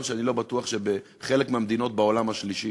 שאני לא בטוח שבחלק מהמדינות בעולם השלישי